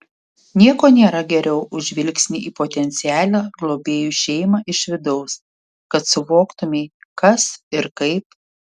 nieko nėra geriau už žvilgsnį į potencialią globėjų šeimą iš vidaus kad suvoktumei kas ir kaip